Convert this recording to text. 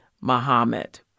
Muhammad